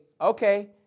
okay